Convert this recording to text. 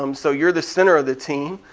um so you're the center of the team.